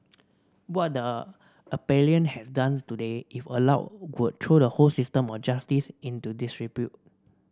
what the appellant has done today if allowed would throw the whole system of justice into disrepute